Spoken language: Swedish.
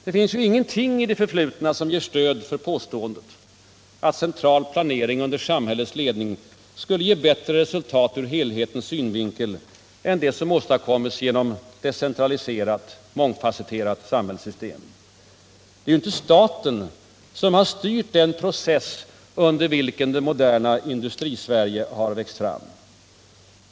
Det finns ju ingenting i det förflutna som ger stöd för påståendet att central planering under samhällets ledning skulle ge bättre resultat ur helhetens synvinkel än de som åstadkoms inom ett centraliserat, mångfasetterat samhällssystem. Det är ju inte staten som styrt den process under vilken det moderna Industrisverige har växt fram.